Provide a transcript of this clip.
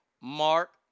Mark